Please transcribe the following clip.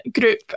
Group